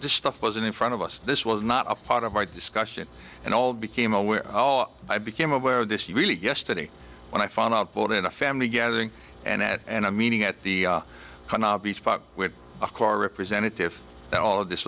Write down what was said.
this stuff was in front of us this was not a part of our discussion and all became aware i became aware of this you really yesterday when i found out that in a family gathering an at and a meeting at the beach with a car representative that all of this